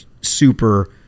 super